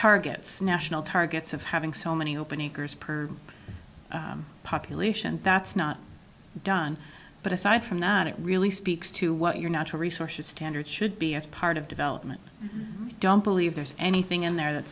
targets national targets of having so many opening per population that's not done but aside from that it really speaks to what your natural resources standards should be as part of development i don't believe there's anything in there that